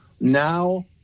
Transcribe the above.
Now